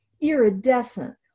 iridescent